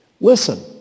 Listen